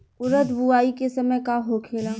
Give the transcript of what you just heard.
उरद बुआई के समय का होखेला?